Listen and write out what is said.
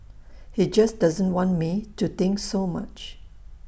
he just doesn't want me to think so much